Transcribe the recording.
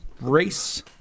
Race